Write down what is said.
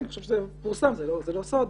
זה פורסם וזה לא סוד.